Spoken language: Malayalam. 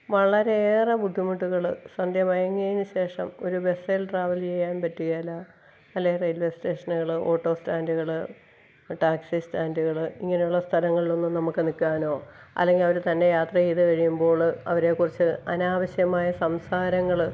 വളരെയേറെ ബുദ്ധിമുട്ടുകൾ സന്ധ്യ മയങ്ങിയതിനു ശേഷം ഒരു ബെസ്സേൽ ട്രാവൽ ചെയ്യാൻ പറ്റുകേല അല്ലേ റെയിൽവേ സ്റ്റേഷനുകളോ ഓട്ടോ സ്റ്റാൻ്റുകൾ ടാക്സി സ്റ്റാൻ്റുകൾ ഇങ്ങനെയുള്ള സ്ഥലങ്ങളിലൊന്നും നമുക്ക് നിൽക്കാനോ അല്ലെങ്കിൽ അവർ തന്നെ യാത്ര ചെയ്തു കഴിയുമ്പോൾ അവരേക്കുറിച്ച് അനാവശ്യമായ സംസാരങ്ങൾ